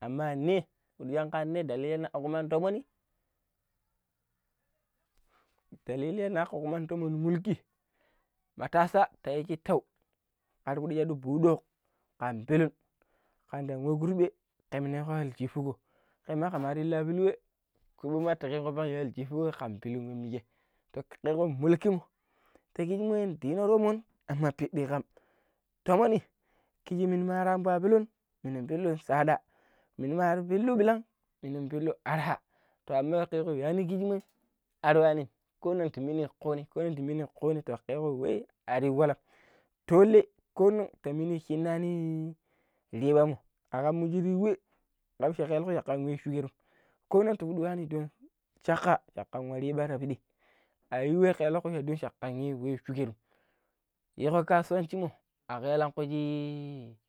amma ne dalili tipidi kumu tomon ni dalili shin na ka kuman ti pidi kumu tomon ni mulki matasaya iya shita kar pidi shadu buki dot kan pilun kan nwa da kurbe ta kengko nemo aljuhu ɗo̱ kai ma kan lari wulbuye kurbe ta kwngko ya aljuhu kom ka pilun wemije to ke ko mulki mo tmon aman pidda kam togoni kijimmoi ndi yino to mon piddi kam to monni kiji mini mar aniba pilun minun pillut sada mini mar pilbillan minu pillu arha tona ma yuani kijimmoi aruwanim konongta ko t minni kuni, ko nong ndi mini kum to keko wei ar yu walam diko kunun jum ko nong ta mini shinnaani ribammo akam muji shi tayi we kaabi shakar yi shukerm ko nong akar yuani kelangkui cakka cakka wa amlui ayu we kelangkui cakkan yi shukerem yiiko kasuwa shi mo kelangku i